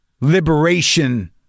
liberation